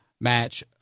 match